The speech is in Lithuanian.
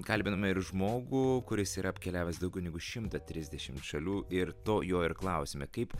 kalbinome ir žmogų kuris yra apkeliavęs daugiau negu šimtą trisdešimt šalių ir to jo ir klausėme kaip